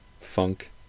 funk